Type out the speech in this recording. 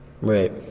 right